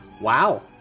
Wow